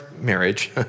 marriage